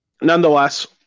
nonetheless